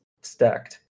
stacked